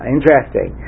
Interesting